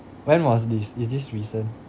when was this is this recent